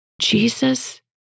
Jesus